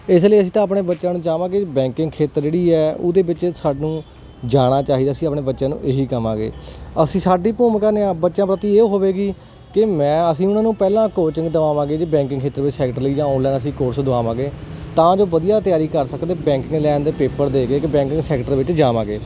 ਇਸ ਲਈ ਅਸੀਂ ਤਾਂ ਆਪਣੇ ਬੱਚਿਆਂ ਨੂੰ ਚਾਹਵਾਂਗੇ ਵਿ ਬੈਂਕਿੰਗ ਖੇਤਰ ਜਿਹੜੀ ਹੈ ਉਹਦੇ ਵਿੱਚ ਸਾਨੂੰ ਜਾਣਾ ਚਾਹੀਦਾ ਸੀ ਆਪਣੇ ਬੱਚਿਆਂ ਨੂੰ ਇਹੀ ਕਹਾਂਗੇ ਅਸੀਂ ਸਾਡੀ ਭੂਮਿਕਾ ਨੇ ਬੱਚਿਆਂ ਪ੍ਰਤੀ ਇਹ ਹੋਵੇਗੀ ਕਿ ਮੈਂ ਅਸੀਂ ਉਹਨਾਂ ਨੂੰ ਪਹਿਲਾਂ ਕੋਚਿੰਗ ਦਵਾਵਾਂਗੇ ਕਿ ਬੈਂਕਿੰਗ ਖੇਤਰ ਵਿੱਚ ਸੈੱਟ ਲਈ ਜਾਂ ਆਨਲਾਈਨ ਅਸੀਂ ਕੋਰਸ ਦੁਆਵਾਂਗੇ ਤਾਂ ਜੋ ਵਧੀਆ ਤਿਆਰੀ ਕਰ ਸਕਦੇ ਬੈਂਕਿੰਗ ਲਾਇਨ ਦੇ ਪੇਪਰ ਦੇ ਕੇ ਕਿ ਬੈਂਕਿੰਗ ਸੈਕਟਰ ਵਿੱਚ ਜਾਵਾਂਗੇ